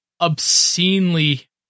obscenely